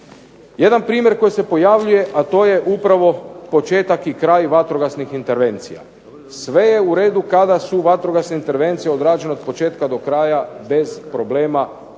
Jedan primjer koji se pojavljuje, a to je upravo početak i kraj vatrogasnih intervencija. Sve je u redu kada su vatrogasne intervencije odrađene od početka do kraja bez problema po ljude